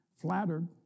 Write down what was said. Flattered